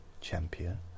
champion